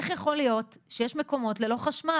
איך יכול להיות שיש מקומות ללא חשמל